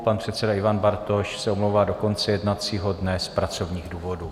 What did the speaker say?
Pan předseda Ivan Bartoš se omlouvá do konce jednacího dne z pracovních důvodů.